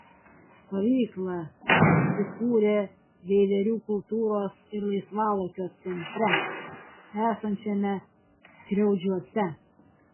stovykla įsikūrė veiverių kultūros ir laisvalaikio centre esančiame skriaudžiuose